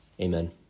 Amen